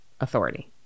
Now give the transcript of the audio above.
authority